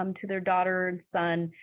um to their daughter and son,